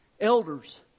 Elders